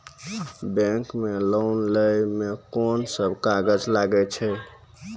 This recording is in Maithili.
बैंक मे लोन लै मे कोन सब कागज लागै छै?